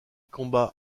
combat